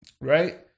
right